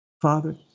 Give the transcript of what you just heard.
Father